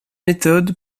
méthode